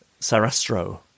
Sarastro